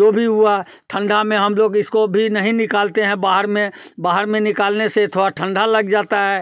जो भी हुआ ठंडा में हम लोग इसको भी नहीं निकालते हैं बाहर में बाहर में निकालने से थोड़ा ठंडा लग जाता है